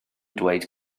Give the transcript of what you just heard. dweud